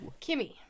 Kimmy